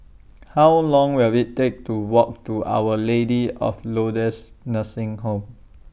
How Long Will IT Take to Walk to Our Lady of Lourdes Nursing Home